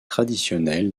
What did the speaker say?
traditionnelle